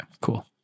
cool